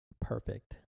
perfect